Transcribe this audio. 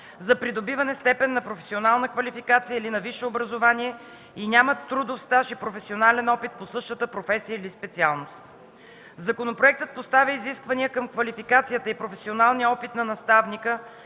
за придобиване степен на професионална квалификация или на висше образование и нямат трудов стаж и професионален опит по същата професия или специалност. Законопроектът поставя изисквания към квалификацията и професионалния опит на наставника,